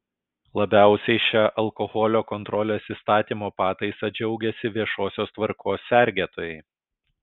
labiausiai šia alkoholio kontrolės įstatymo pataisa džiaugiasi viešosios tvarkos sergėtojai